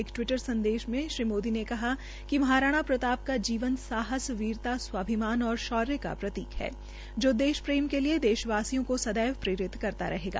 एक टिवटर संदेश में श्री मोदी ने कहा कि महाराणा प्रता का जीवन साहस स्वाभिमान और शौर्य है जो देश प्रेम के लिये देश वासियों को सदैव प्रेरित करता रहेगा